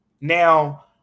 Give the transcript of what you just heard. Now